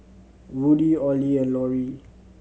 Woody Ollie and Loree